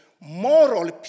moral